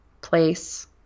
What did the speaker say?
place